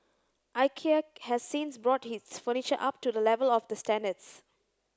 Ikea has since brought its furniture up to the level of the standards